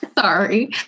Sorry